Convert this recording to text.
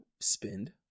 spend